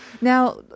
Now